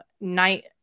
Night